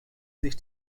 sich